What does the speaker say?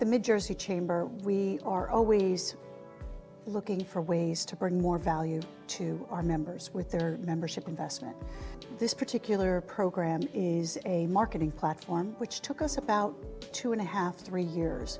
majority chamber we are always looking for ways to bring more value to our members with their membership investment this particular program is a marketing platform which took us about two and a half three years